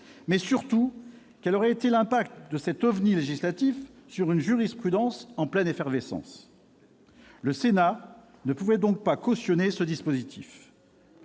loi ; de plus, quel aurait été l'impact de cet OVNI législatif sur une jurisprudence en pleine effervescence ? Le Sénat ne pouvait pas cautionner ce dispositif.